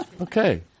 Okay